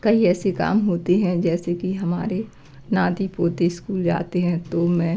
कई ऐसे काम होते हैं जैसे कि हमारे नाती पोती इस्कूल जाते हैं तो मैं